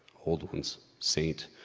old ones, saint.